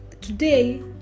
today